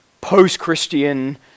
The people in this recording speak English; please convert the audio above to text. post-Christian